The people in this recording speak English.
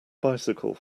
bycicle